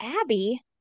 Abby